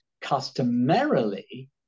customarily